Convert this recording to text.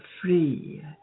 free